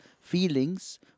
Feelings